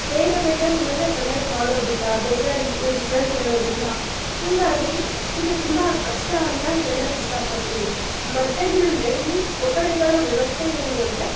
ಬೇಗ ಬೇಗ ಏನಂದ್ರೆ ಕಂಡಕ್ಟ್ ಮಾಡೋದಿಲ್ಲ ಬೇಗ ರಿಸ್ ರಿಸಲ್ಟ್ ಹೇಳೋದಿಲ್ಲ ಹಾಗಾಗಿ ಇದು ತುಂಬ ಕಷ್ಟ ಅಂತ ಹೇಳೋಕೆ ಇಷ್ಟಪಡ್ತೀನಿ ಮತ್ತು ಏನಂದ್ರೆ ಇಲ್ಲಿ ಕೊಠಡಿಗಳ ವ್ಯವಸ್ಥೆ ಏನು ಅಂದರೆ